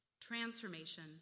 Transformation